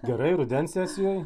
garai rudens sesijoj